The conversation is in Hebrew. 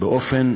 באופן